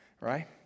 right